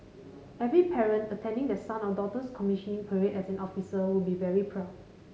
every parent attending their son or daughter's commissioning parade as an officer would be very proud